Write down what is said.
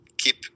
keep